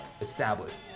established